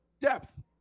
Depth